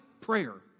prayer